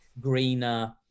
greener